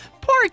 Poor